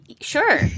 sure